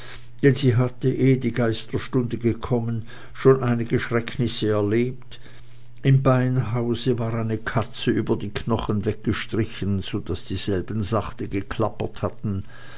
sie hatte ehe die geisterstunde gekommen schon einige schrecknisse erlebt im beinhause war eine katze über die knochen weggestrichen so daß dieselben sachte etwas geklappert hatten